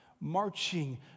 marching